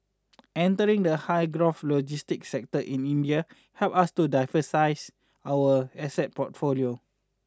entering the high growth logistics sector in India helps us to diversify our asset portfolio